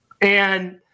And-